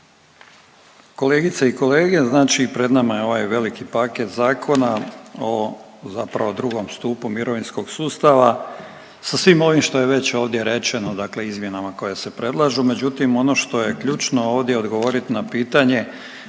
Kolegice i kolege znači pred nama je ovaj veliki paket zakona o zapravo 2. stupu mirovinskog sustava sa svim ovim što je već ovdje rečeno, dakle izmjenama koje se predlažu, međutim ono što je ključno ovdje odgovorit na pitanje,